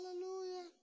Hallelujah